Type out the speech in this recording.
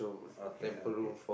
okay okay